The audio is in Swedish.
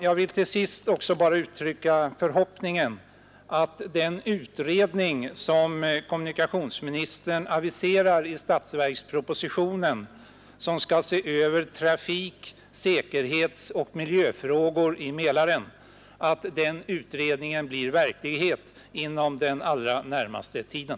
Jag vill till sist bara uttrycka förhoppningen att den utredning, som kommunikationsministern aviserar i statsverkspropositionen och som skall se över trafik-, säkerhetsoch miljöfrågor i Mälaren, blir verklighet inom den allra närmaste tiden.